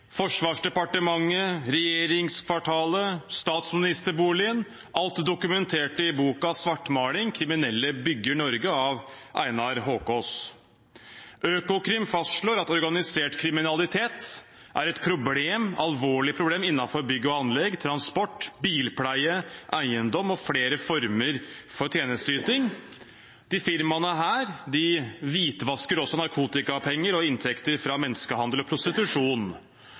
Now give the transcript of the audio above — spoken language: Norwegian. Forsvarsdepartementet, regjeringskvartalet, statsministerboligen – alt dokumentert i boken «Svartmaling – kriminelle bygger Norge» av Einar Haakaas. Økokrim fastslår at organisert kriminalitet er et alvorlig problem innenfor bygg og anlegg, transport, bilpleie, eiendom og flere former for tjenesteyting. Disse firmaene hvitvasker også narkotikapenger og inntekter fra menneskehandel og prostitusjon.